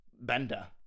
Bender